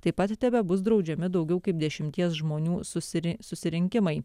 taip pat tebebus draudžiami daugiau kaip dešimties žmonių susiri susirinkimai